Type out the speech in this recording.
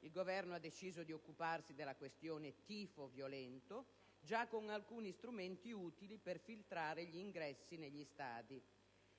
Il Governo ha deciso di occuparsi della questione del tifo violento già con alcuni strumenti utili per filtrare gli ingressi negli stadi: